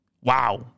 Wow